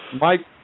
Mike